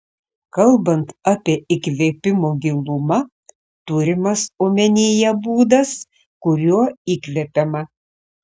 kalbant apie įkvėpimo gilumą turimas omenyje būdas kuriuo įkvepiama